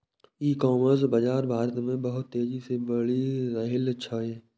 ई commerce बाजार भारत मे बहुत तेजी से बढ़ि रहल छै